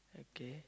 okay